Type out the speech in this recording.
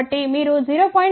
కాబట్టి మీరు 0